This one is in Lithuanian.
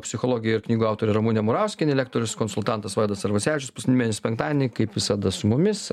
psichologė ir knygų autorė ramunė murauskienė lektorius konsultantas vaidas arvasevičius paskutinį mėnesio penktadienį kaip visada su mumis